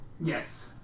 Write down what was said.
Yes